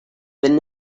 been